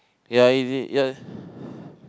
ya is it yeah